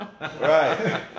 Right